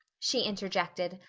she interjected,